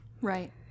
Right